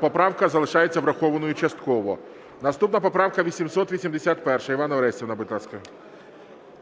Поправка залишається врахованою частково. Наступна поправка 881. Іванна Орестівна, будь ласка.